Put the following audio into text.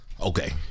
Okay